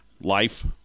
life